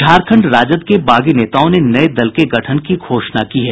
झारखण्ड राजद के बागी नेताओं ने नये दल के गठन की घोषणा की है